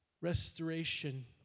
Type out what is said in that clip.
restoration